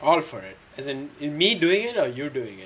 all for it as an in me doing it or you doing it